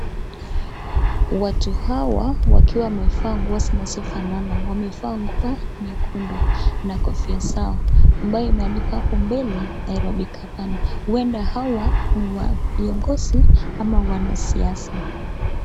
Watu hawa wakiwa wamevaa nguo zinazofanana, wamevaa nguo nyekundu na kofia zao, ambayo imeandikwa hapo mbele Nairobi Gavana. Huenda hawa ni viongozi ama wanasiasa.